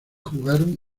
jugaron